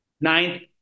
ninth